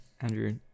andrew